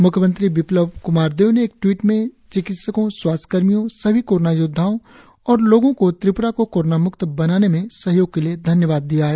मुख्यमंत्री बिप्लब कुमार देव ने एक ट्वीट में चिकित्सकों स्वास्थ्यकर्मियों सभी कोरोना योद्वाओं और लोगों को त्रिप्रा को कोरोना म्क्त बनाने में सहयोग के लिए धन्यवाद दिया है